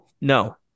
No